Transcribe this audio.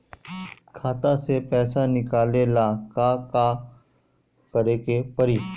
खाता से पैसा निकाले ला का का करे के पड़ी?